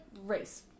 race